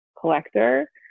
collector